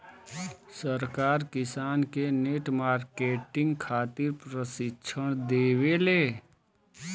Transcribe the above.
सरकार किसान के नेट मार्केटिंग खातिर प्रक्षिक्षण देबेले?